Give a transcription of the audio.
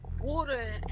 Water